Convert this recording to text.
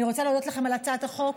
אני רוצה להודות לכם על הצעת החוק.